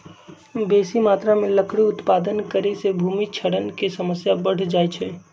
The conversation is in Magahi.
बेशी मत्रा में लकड़ी उत्पादन करे से भूमि क्षरण के समस्या बढ़ जाइ छइ